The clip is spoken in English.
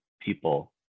people